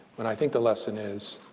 but i think the lesson is